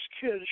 kids